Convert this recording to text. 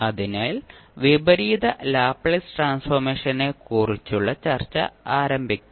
അതിനാൽ വിപരീത ലാപ്ലേസ് ട്രാൻസ്ഫോർമേഷനെക്കുറിച്ചുള്ള ചർച്ച ആരംഭിക്കാം